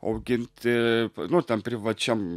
auginti nu ten privačiam